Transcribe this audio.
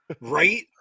Right